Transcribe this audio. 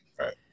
Right